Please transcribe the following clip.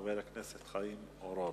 חבר הכנסת חיים אורון.